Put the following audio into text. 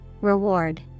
Reward